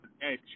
hey